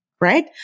right